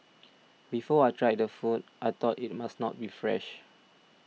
before I tried the food I thought it must not be fresh